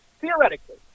theoretically